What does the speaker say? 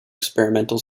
experimental